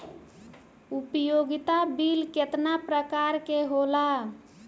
उपयोगिता बिल केतना प्रकार के होला?